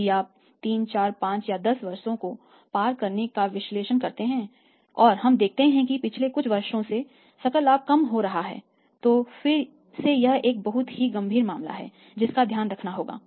यदि आप 345 या 10 वर्षों को पार करने का विश्लेषण करते हैं और हम देखते हैं कि पिछले कुछ वर्षों में सकल लाभ कम हो रहा है तो फिर से यह एक बहुत ही गंभीर मामला है जिसका ध्यान रखना होगा